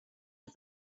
but